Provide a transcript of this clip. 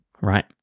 right